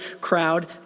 crowd